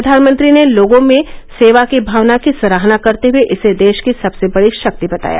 प्रधानमंत्री ने लोगों में सेवा की भावना की सराहना करते हए इसे देश की सबसे बड़ी शक्ति बताया